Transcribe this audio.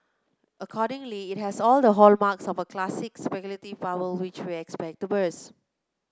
accordingly it has all the hallmarks of a classic speculative bubble which we expect to burst